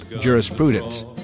jurisprudence